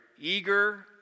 eager